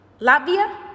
Latvia